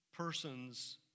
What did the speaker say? persons